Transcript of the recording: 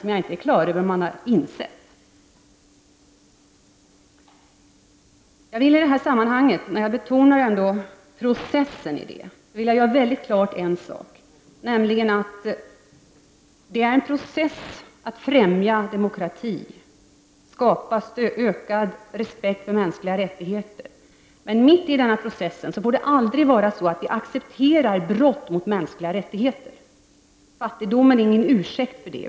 Jag är inte klar över om moderaterna har insett de våldsamma konsekvenserna av detta. Jag vill i det här sammanhanget göra klart en sak, nämligen att det utgör en process att främja en demokrati och att skapa ökad respekt för mänskliga rättigheter. Men mitt i denna process får vi aldrig acceptera brott mot mänskliga rättigheter. Fattigdom är ingen ursäkt för det.